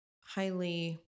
highly